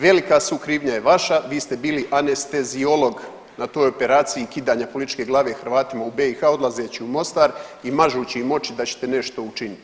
Velika sukrivnja je vaša, vi ste bili anesteziolog na toj operaciji kidanja političke glave Hrvatima u BiH odlazeći u Mostar i mažući im oči da ćete nešto učiniti.